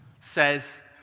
says